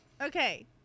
Okay